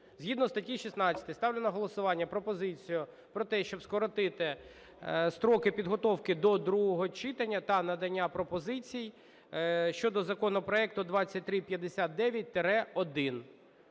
згідно статті 16 ставлю на голосування пропозицію про те, щоб скоротити строки підготовки до другого читання та надання пропозицій щодо законопроекту 2359-1.